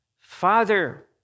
Father